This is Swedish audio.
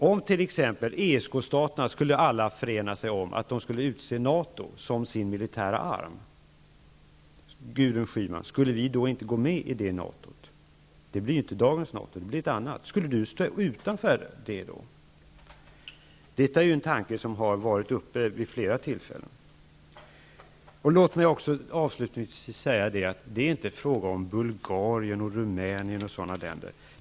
Om t.ex. ESK-staterna skulle enas om att utse NATO som sin militära arm, skulle vi då inte, Gudrun Schyman, gå med i detta NATO? Det är ju inte längre dagens NATO, det är ett annat. Skulle Gudrun Schyman välja att stå utanför detta? Detta är en tanke som har varit uppe vid flera tillfällen. Låt mig avslutningsvis säga att det inte är fråga om Bulgarien, Rumänien och liknande länder.